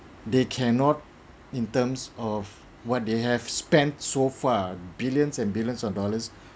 they cannot in terms of what they have spent so far billions and billions of dollars